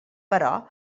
però